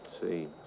see